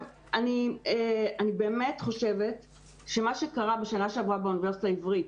אני חושבת שמה שקרה בשנה שעברה באוניברסיטה העברית,